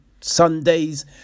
Sundays